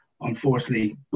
unfortunately